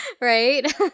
Right